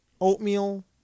oatmeal